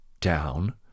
down